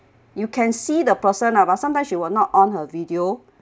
you can see the person lah but sometimes she will not on her video